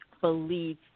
believe